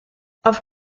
auf